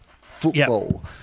football